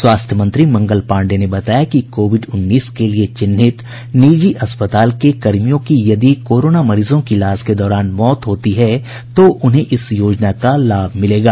स्वास्थ्य मंत्री मंगल पांडेय ने बताया कि कोविड उन्नीस के लिये चिन्हित निजी अस्पताल के कर्मियों की यदि कोरोना मरीजों की इलाज के दौरान मौत हो जाती है तो उन्हें इस योजना का लाभ मिलेगा